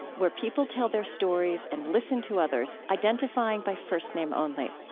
where people tell their stories and listen to others identifying by first name only.